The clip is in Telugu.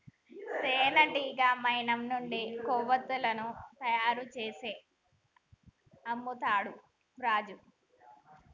తేనెటీగ మైనం నుండి కొవ్వతులను తయారు చేసి అమ్ముతాండు రాజు